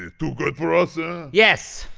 ah too good for us? ah yes,